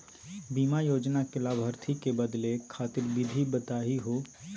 बीमा योजना के लाभार्थी क बदले खातिर विधि बताही हो?